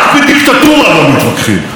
רק בדיקטטורה לא מתווכחים.